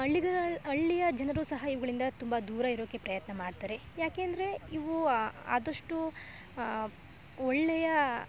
ಹಳ್ಳಿಗಳ ಹಳ್ಳಿಯ ಜನರೂ ಸಹ ಇವುಗಳಿಂದ ತುಂಬ ದೂರ ಇರೋಕ್ಕೆ ಪ್ರಯತ್ನ ಮಾಡ್ತಾರೆ ಯಾಕೆಂದರೆ ಇವು ಆದಷ್ಟು ಒಳ್ಳೆಯ